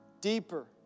deeper